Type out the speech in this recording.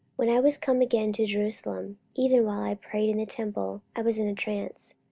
when i was come again to jerusalem, even while i prayed in the temple, i was in a trance